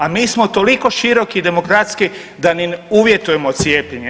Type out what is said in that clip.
A mi smo toliko široki demokratski da ni ne uvjetujemo cijepljenje.